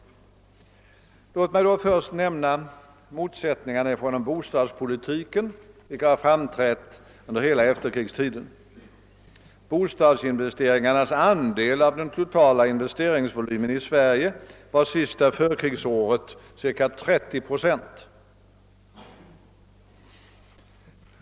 Låt mig då först nämna motsättningarna inom bostadspolitiken, vilka har framträtt under hela efterkrigstiden. Bostadsinvesteringarnas andel i den totala investeringsvolymen i Sverige var under sista förkrigsåret ca 30 procent.